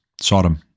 Sodom